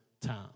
time